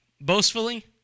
boastfully